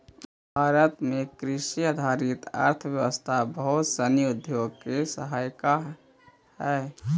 भारत में कृषि आधारित अर्थव्यवस्था बहुत सनी उद्योग के सहायिका हइ